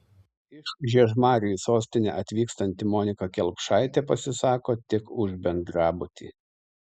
iš žiežmarių į sostinę atvykstanti monika kelpšaitė pasisako tik už bendrabutį